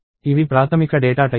ఇవి ప్రాథమిక data types